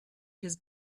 his